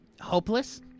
hopeless